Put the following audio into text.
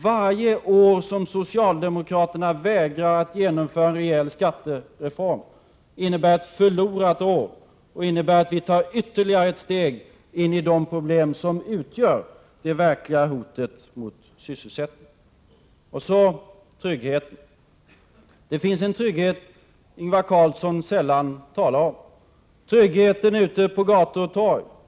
Varje år som socialdemokraterna vägrar att genomföra en rejäl skattereform innebär ett förlorat år och innebär att vi tar ytterligare ett steg in i de problem som utgör det verkliga hotet mot sysselsättningen. Sedan till tryggheten: Det finns en trygghet som Ingvar Carlsson sällan talar om: tryggheten ute på gator och torg.